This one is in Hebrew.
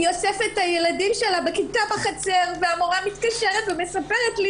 היא אוספת את ילדי הכיתה שלה בחצר והמורה מתקשרת ומספרת לי